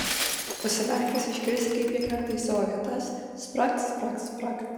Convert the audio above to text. užsimerkęs išgirsi kaip jie krenta į savo vietas spragt spragt spragt